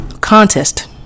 Contest